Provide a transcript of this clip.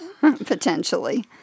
potentially